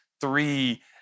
three